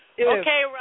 Okay